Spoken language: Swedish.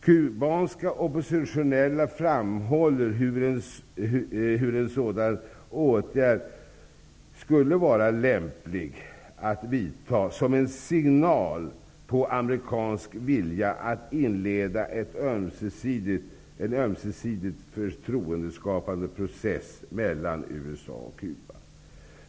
Kubanska oppositionella framhåller hur en sådan åtgärd skulle vara lämplig att vidta som en signal på amerikansk vilja att inleda en ömsesidig, förtroendeskapande process mellan USA och Cuba.